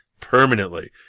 permanently